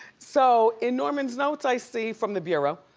so, in norman's notes i see, from the bureau.